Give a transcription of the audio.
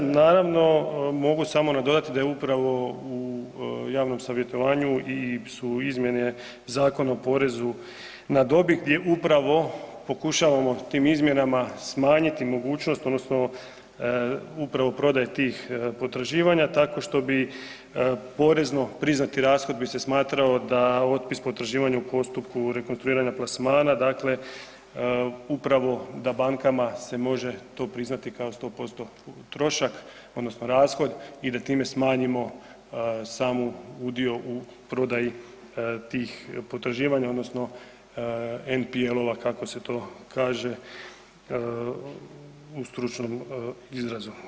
Naravno, mogu samo nadodati da je upravo u javnom savjetovanju i su izmjene Zakona o porezu na dobit gdje upravo pokušavamo tim izmjenama smanjiti mogućnost odnosno upravo prodaje tih potraživanja tako što bi porezno priznati rashod bi se smatrao da otpis potraživanja u postupku rekonstruiranja plasmana, dakle upravo da bankama se to može priznati kao 100% trošak odnosno rashod i da time smanjimo samu udio u prodaji tih potraživanja odnosno NPL-ova kako se to kaže u stručnom izrazu.